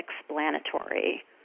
explanatory